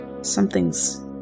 something's